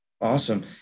Awesome